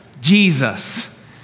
Jesus